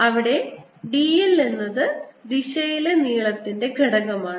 അവിടെ d l എന്നത് ദിശയിലെ നീളത്തിൻറെ ഘടകമാണ്